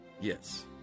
Yes